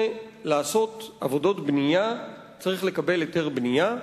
לעשות עבודות בנייה צריך לקבל היתר בנייה,